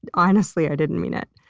and honestly, i didn't mean it.